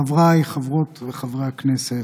חבריי חברות וחברי הכנסת,